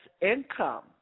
income